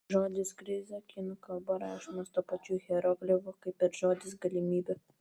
žodis krizė kinų kalba rašomas tuo pačiu hieroglifu kaip ir žodis galimybė